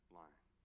line